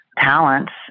talents